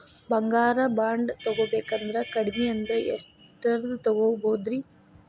ಬಂಗಾರ ಬಾಂಡ್ ತೊಗೋಬೇಕಂದ್ರ ಕಡಮಿ ಅಂದ್ರ ಎಷ್ಟರದ್ ತೊಗೊಬೋದ್ರಿ?